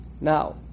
Now